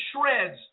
shreds